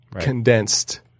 condensed